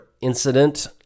incident